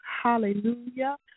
hallelujah